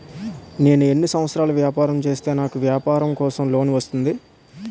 నేను ఎన్ని సంవత్సరాలు వ్యాపారం చేస్తే నాకు వ్యాపారం కోసం లోన్ వస్తుంది?